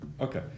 Okay